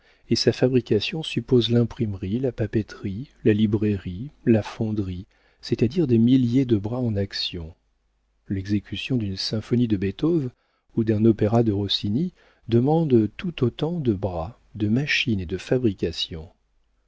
et sa fabrication suppose l'imprimerie la papeterie la librairie la fonderie c'est-à-dire des milliers de bras en action l'exécution d'une symphonie de beethoven ou d'un opéra de rossini demande tout autant de bras de machines et de fabrications